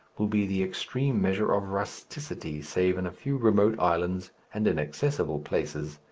will be the extreme measure of rusticity save in a few remote islands and inaccessible places.